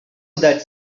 that